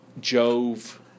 Jove